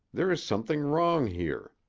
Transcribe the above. there is something wrong here.